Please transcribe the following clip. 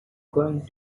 going